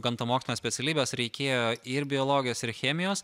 gamtamokslines specialybes reikėjo ir biologijos ir chemijos